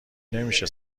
نمیشه